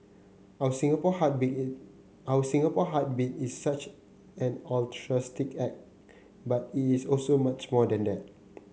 our Singapore Heartbeat is our Singapore Heartbeat is such altruistic act but it is also much more than that